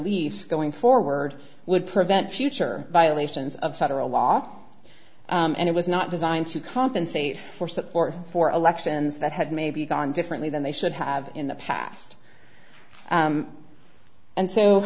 relief going forward would prevent future violations of federal law and it was not designed to compensate for support for elections that had maybe gone differently than they should have in the past and so